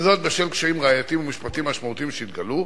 וזאת בשל קשיים ראייתיים ומשפטיים משמעותיים שהתגלו,